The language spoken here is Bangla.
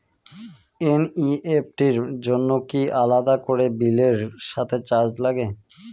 এন.ই.এফ.টি র জন্য কি আলাদা করে বিলের সাথে চার্জ লাগে?